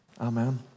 Amen